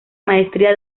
maestría